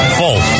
full